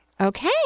Okay